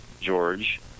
George